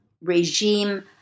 regime